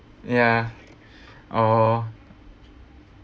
ya oh